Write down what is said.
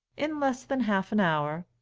in less than half an hour.